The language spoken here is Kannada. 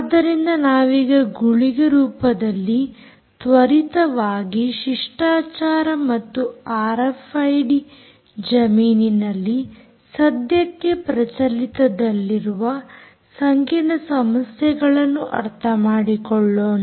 ಆದ್ದರಿಂದ ನಾವೀಗ ಗುಳಿಗೆ ರೂಪದಲ್ಲಿ ತ್ವರಿತವಾಗಿ ಶಿಷ್ಟಾಚಾರ ಮತ್ತು ಆರ್ಎಫ್ಐಡಿಜಮೀನಿನಲ್ಲಿ ಸದ್ಯಕ್ಕೆ ಪ್ರಚಲಿತದಲ್ಲಿರುವ ಸಂಕೀರ್ಣ ಸಮಸ್ಯೆಗಳನ್ನು ಅರ್ಥ ಮಾಡಿಕೊಳ್ಳೋಣ